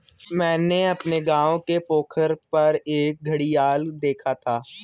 मैंने अपने गांव के पोखर पर एक घड़ियाल देखा था